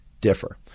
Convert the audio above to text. differ